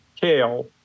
kale